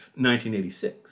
1986